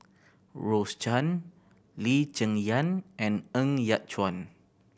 Rose Chan Lee Cheng Yan and Ng Yat Chuan